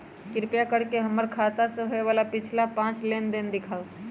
कृपा कर के हमर खाता से होयल पिछला पांच लेनदेन दिखाउ